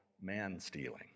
man-stealing